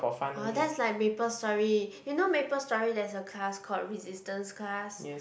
[wah] that's like Maplestory you know Maplestory there's a class called Resistance Class